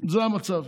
זה המצב.